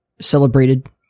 celebrated